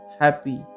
happy